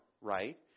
right